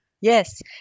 Yes